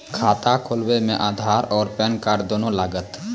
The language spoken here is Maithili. खाता खोलबे मे आधार और पेन कार्ड दोनों लागत?